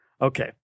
Okay